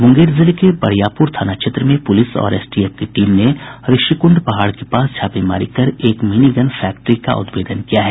मूंगेर जिले के बरियापूर थाना क्षेत्र में पूलिस और एसटीएफ की टीम ने ऋषिकृंड पहाड़ के पास छापेमारी कर एक मिनीगन फैक्ट्री का उद्भेदन किया है